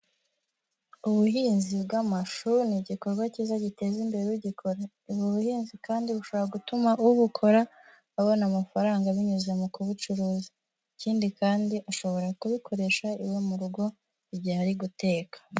Ubuhinzi bw'amashu ni igikorwa kiza giteza imbere ugikora. Ubu buhinzi kandi bushobora gutuma ubukora, abona amafaranga binyuze mu kubucuruza. Ikindi kandi ashobora kubikoresha iwe mu rugo igihe ari guteka.